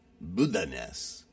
Buddha-ness